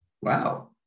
Wow